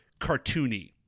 cartoony